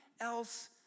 else